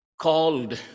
called